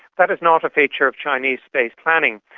that is not a feature of chinese space planning.